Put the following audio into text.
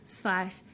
slash